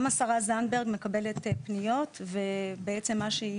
גם השרה זנדברג מקבלת פניות ובעצם מה שהיא